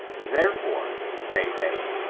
there fore, say they,